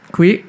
Qui